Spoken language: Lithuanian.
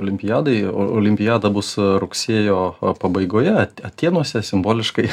olimpiadai olimpiada bus rugsėjo pabaigoje atėnuose simboliškai